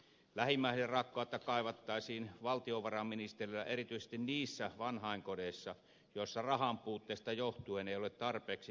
lähimmäisenrakkautta kaivattaisiin valtiovarainministeri erityisesti niissä vanhainkodeissa joissa rahan puutteesta johtuen ei ole tarpeeksi hoitohenkilökuntaa